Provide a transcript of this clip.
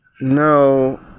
No